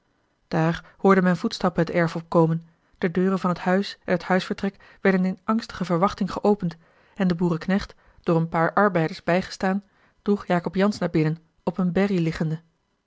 daar hoorde men voetstappen het erf opkomen de deuren van t huis en t huisvertrek werden in angstige verwachting geopend en de boerenknecht door een paar arbeiders bijgestaan droeg jacob jansz naar binnen op eene berrie liggende